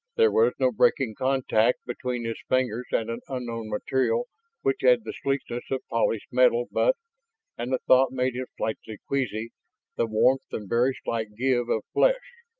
there was no breaking contact between his fingers and an unknown material which had the sleekness of polished metal but and the thought made him slightly queasy the warmth and very slight give of flesh!